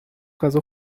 غذا